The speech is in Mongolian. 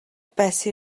байсан